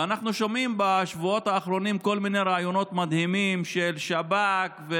ואנחנו שומעים בשבועות האחרונים כל מיני רעיונות מדהימים של שב"כ על